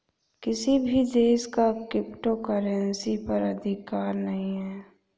किसी भी देश का क्रिप्टो करेंसी पर अधिकार नहीं है